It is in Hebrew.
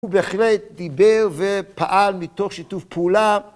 הוא בהחלט דיבר ופעל מתוך שיתוף פעולה.